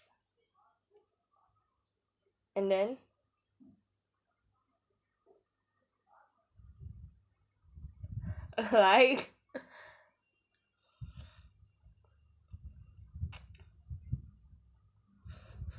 and then like